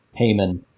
Heyman